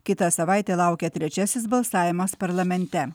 kitą savaitę laukia trečiasis balsavimas parlamente